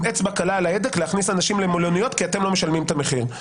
אצבע קלה על ההדק להכניס אנשים למלוניות כי אתם לא משלמים את המחיר.